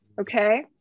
Okay